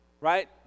Right